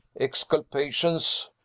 exculpations